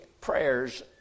prayers